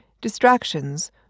distractions